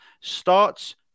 Starts